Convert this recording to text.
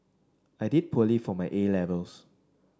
I did poorly for my A Levels